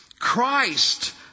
Christ